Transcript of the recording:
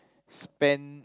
spend